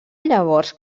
llavors